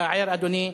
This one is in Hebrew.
אתה ער, אדוני,